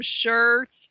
shirts